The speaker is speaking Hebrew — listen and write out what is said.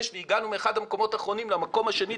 והגענו מאחד המקומות האחרונים למקום השני,